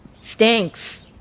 stinks